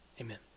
Amen